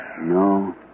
No